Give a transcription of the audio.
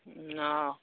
ହଁ